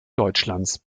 deutschlands